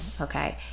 okay